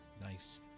Nice